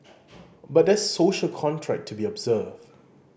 but there's a social contract to be observed